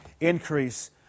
increase